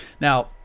Now